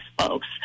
folks